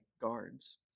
guards